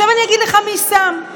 עכשיו אני אגיד לך מי שם.